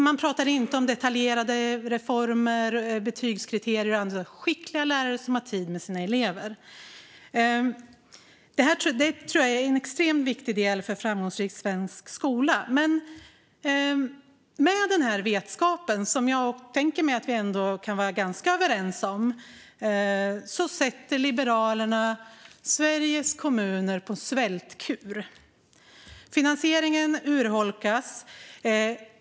Man pratar inte om detaljerade reformer, betygskriterier och annat utan om skickliga lärare som har tid med sina elever. Detta tror jag är en extremt viktig del för en framgångsrik svensk skola. Men med denna vetskap, som jag tänker mig att vi kan vara ganska överens om, sätter Liberalerna Sveriges kommuner på svältkur. Finansieringen urholkas.